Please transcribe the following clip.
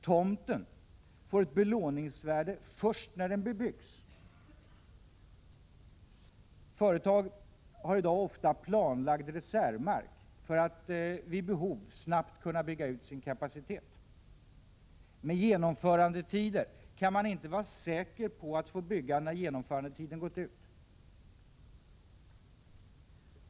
Tomten får ett belåningsvärde först när den bebyggs. Företag har i dag ofta planlagd reservmark för att vid behov snabbt kunna bygga ut sin kapacitet. Med genomförandetider kan man inte vara säker på att få bygga när genomförandetiden gått ut.